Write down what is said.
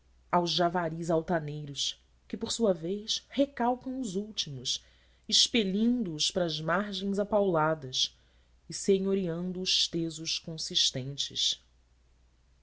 aos javaris altaneiros que por sua vez recalcam os últimos expelindo os para as margens apauladas e senhoreando os tesos consistentes